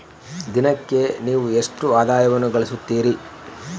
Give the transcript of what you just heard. ದಿನಕ್ಕೆ ನೇವು ಎಷ್ಟು ಆದಾಯವನ್ನು ಗಳಿಸುತ್ತೇರಿ?